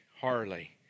Harley